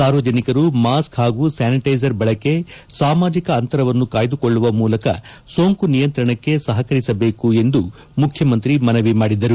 ಸಾರ್ವಜನಿಕರು ಮಾಸ್ಕ್ ಹಾಗೂ ಸ್ಥಾನಿಟೈಜರ್ ಬಳಕೆ ಸಾಮಾಜಿಕ ಅಂತರವನ್ನು ಕಾಯ್ದುಕೊಳ್ಳುವ ಮೂಲಕ ಸೋಂಕು ನಿಯಂತ್ರಣಕ್ಕೆ ಸಹಕರಿಸಬೇಕು ಎಂದು ಮುಖ್ಯಮಂತ್ರಿ ಮನವಿ ಮಾಡಿದರು